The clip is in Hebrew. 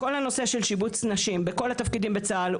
"...כל הנושא של שיבוץ נשים בכל התפקידים בצה"ל,